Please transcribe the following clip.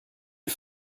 est